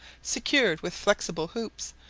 secured with flexible hoops,